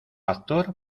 actor